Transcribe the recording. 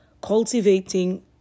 cultivating